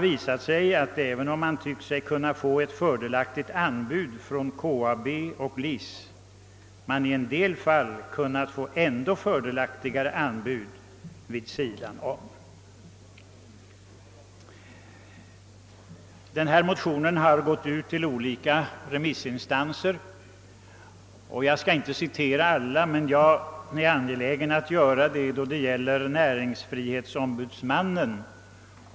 Trots att man ansett sig ha fått ett fördelaktigt anbud från KAB och LIC har det ändå i vissa fall visat sig att man kunnat få ännu fördelaktigare anbud vid sidan om. Motionen har varit på remiss hos olika instanser, men jag skall inte citera alla yttranden. Jag är dock angelägen om att citera näringsfrihetsombudsmannen.